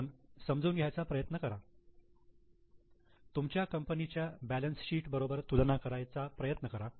म्हणून समजून घ्यायचा प्रयत्न करा तुमच्या कंपनीच्या बॅलन्स शीट बरोबर तुलना करायचा प्रयत्न करा